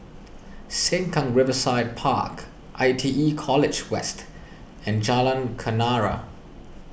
Sengkang Riverside Park I T E College West and Jalan Kenarah